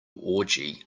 orgy